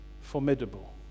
formidable